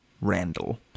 Randall